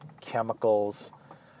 chemicals